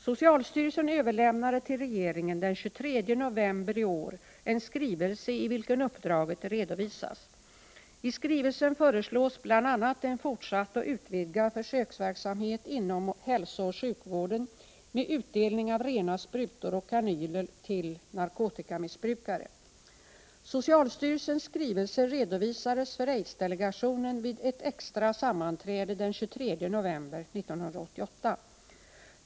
Socialstyrelsen överlämnade till regeringen den 23 november i år en skrivelse i vilken uppdraget redovisas. I skrivelsen föreslås bl.a. en fortsatt och utvidgad försöksverksamhet inom hälsooch sjukvården med utdelning av rena sprutor och kanyler till narkotikamissbrukare. Socialstyrelsens skrivelse redovisades för AIDS-delegationen vid ett extra sammanträde den 23 november 1988.